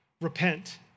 Repent